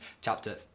chapter